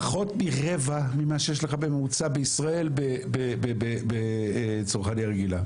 פחות מרבע ממה שיש לך בממוצע בישראל בצרכנייה רגילה.